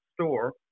store